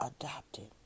adopted